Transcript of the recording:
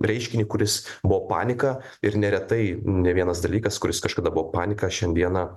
reiškinį kuris buvo panika ir neretai ne vienas dalykas kuris kažkada buvo panika šiandieną